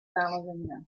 ballerina